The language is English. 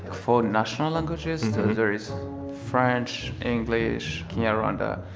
four national languages. so there is french, english, kinyarwanda,